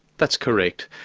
that's correct.